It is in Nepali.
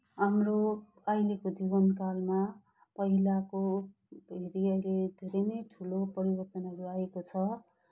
हाम्रो अहिलेको जीवनकालमा पहिलाको हेरी अहिले धेरै नै ठुलो परिवर्तनहरू आएको छ